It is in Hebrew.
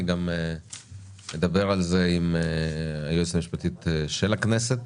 אני אדבר על זה גם עם היועצת המשפטית של הכנסת.